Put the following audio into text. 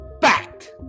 fact